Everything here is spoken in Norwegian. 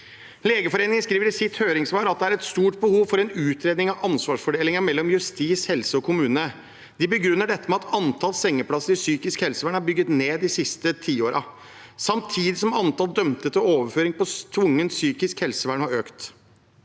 Legeforeningen skriver i sitt høringssvar at det er et stort behov for en utredning av ansvarsfordelingen mellom justis-, helse- og kommunesektoren. De begrunner dette med at antall sengeplasser i psykisk helsevern er bygd ned de siste tiårene, samtidig som antall dømte til overføring til tvungent psykisk helsevern har økt.